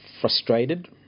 frustrated